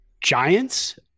giants